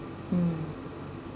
mm